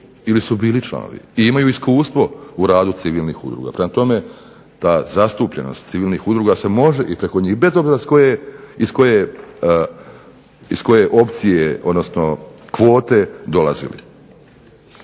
ili su bili članovi, i imaju iskustvo u radu civilnih udruga. Prema tome ta zastupljenost civilnih udruga se može i preko njih, bez obzira iz koje opcije, odnosno kvote dolazili.